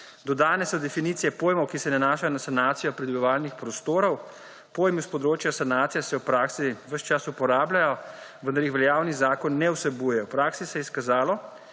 Dodane so definicije pojmov, ki se nanašajo na sanacijo pridobivalnih prostorov. Pojmi s področja sanacije se v praksi ves čas uporabljajo, vendar jih veljavni zakon ne vsebuje. V praksi se je izkazalo,